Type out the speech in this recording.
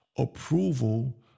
approval